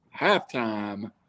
halftime